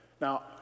Now